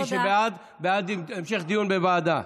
מי שבעד, בעד המשך דיון בוועדה.